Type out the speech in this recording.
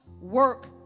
work